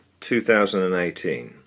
2018